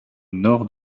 nord